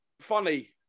funny